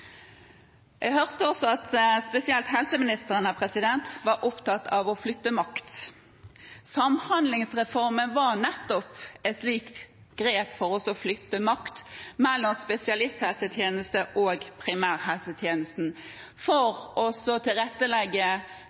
Jeg hørte også at spesielt helseministeren var opptatt av å flytte makt. Samhandlingsreformen var nettopp et slikt grep for å flytte makt mellom spesialisthelsetjenesten og primærhelsetjenesten for å tilrettelegge